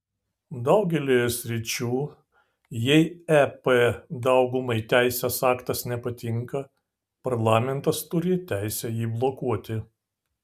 daugelyje sričių jei ep daugumai teisės aktas nepatinka parlamentas turi teisę jį blokuoti